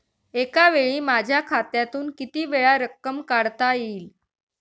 एकावेळी माझ्या खात्यातून कितीवेळा रक्कम काढता येईल?